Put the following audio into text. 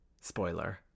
Spoiler